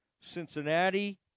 Cincinnati